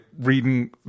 reading